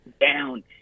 down